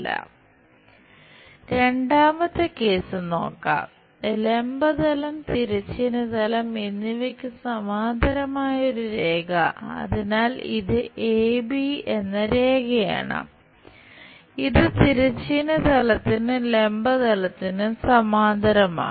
12 രണ്ടാമത്തെ കേസ് എന്ന രേഖയാണ് ഇത് തിരശ്ചീന തലത്തിനും ലംബ തലത്തിനും സമാന്തരമാണ്